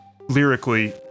lyrically